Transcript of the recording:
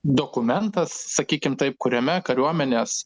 dokumentas sakykim taip kuriame kariuomenės